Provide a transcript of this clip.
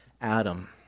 Adam